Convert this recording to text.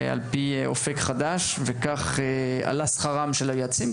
על פי אופק חדש וכך עלה שכרם של היועצים,